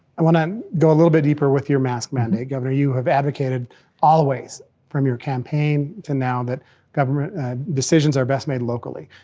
i wanna um go a little bit deeper with your mask mandate. governor, you have advocated always from your campaign to now that government decisions are best made locally.